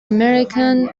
american